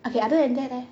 okay other than that leh